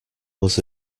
was